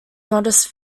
modest